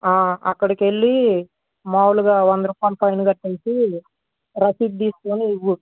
ఆ అక్కడికి వెళ్లి మామూలుగా వంద రూపాయలు ఫైన్ కట్టేసి రసీదు తీసుకొని ఇవ్వు